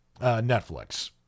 Netflix